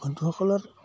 বন্ধুসকলৰ